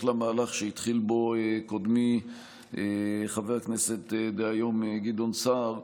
למהלך שהתחיל בו קודמי חבר הכנסת דהיום גדעון סער,